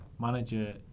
manager